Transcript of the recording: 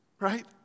right